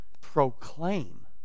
proclaim